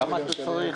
כמה אתה צריך?